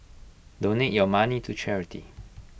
donate your money to charity